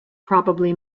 probably